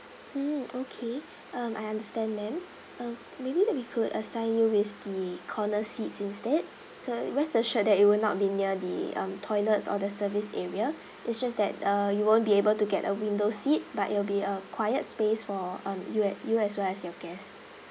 mm okay um I understand ma'am um maybe that we could assign you with the corner seats instead so rest assured that it will not be near the um toilets or the service area it's just that uh you won't be able to get a window seat but it will be a quiet space for um you as you as well as your guest